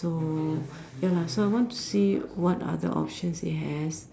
oh ya lah so I want to see what are the options he has